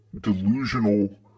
delusional